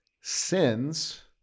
sins